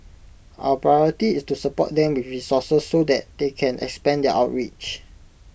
our priority is to support them with resources so that they can expand their outreach